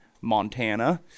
Montana